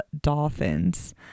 dolphins